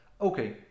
Okay